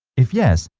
if yes,